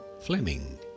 Fleming